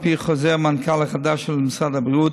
על פי חוזר מנכ"ל החדש של משרד הבריאות,